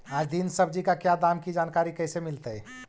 आज दीन सब्जी का क्या दाम की जानकारी कैसे मीलतय?